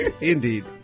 indeed